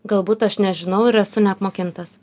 galbūt aš nežinau ir esu neapmokintas